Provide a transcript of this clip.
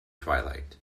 twilight